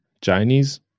Chinese